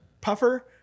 puffer